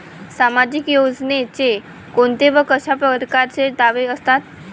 सामाजिक योजनेचे कोंते व कशा परकारचे दावे असतात?